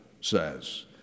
says